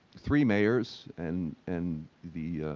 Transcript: three mayors and and the,